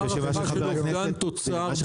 מה